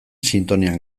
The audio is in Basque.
sintonian